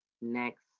next